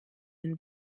den